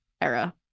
era